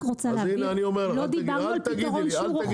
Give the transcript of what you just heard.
אני רק רוצה להבהיר לא דיברנו על שום פתרון רוחבי,